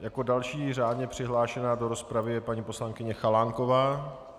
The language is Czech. Jako další řádně přihlášená do rozpravy je paní poslankyně Chalánková.